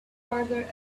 farther